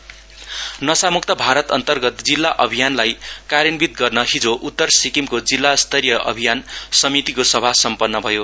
north drug meeting नशा मुक्त अन्तर्गत जिल्ला अभियानलाई कार्यान्वित गर्न हिजो उत्तर सिक्किमको जिल्ला स्तरीय अभियान समितिको सभा सम्पन्न भयो